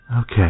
Okay